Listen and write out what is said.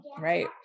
right